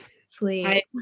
sleep